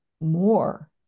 more